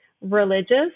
religious